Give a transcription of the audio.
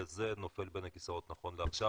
וזה נופל בין הכיסאות נכון לעכשיו,